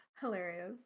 hilarious